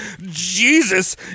Jesus